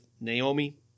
Naomi